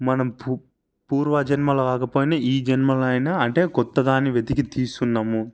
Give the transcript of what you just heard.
మనం పూ పూర్వ జన్మలో కాకపోయినా ఈ జన్మలో అయినా అంటే కొత్తదాన్ని వెతికి తీస్తుతున్నాము